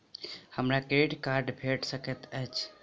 हमरा credit card भेट सकैत अछि?